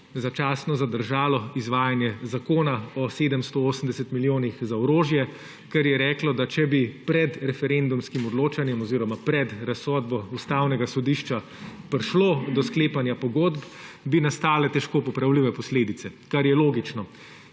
začasno zadržalo izvajanje zakona o 780 milijonih za orožje. Ustavno sodišče je reklo, da če bi pred referendumskim odločanjem oziroma pred razsodbo Ustavnega sodišča prišlo do sklepanja pogodb, bi nastale težko popravljive posledice, kar je logično.